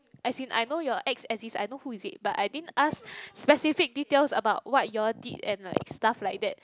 as in I know your ex exist I know who is it but I didn't ask specific details about what you all did and like stuff like that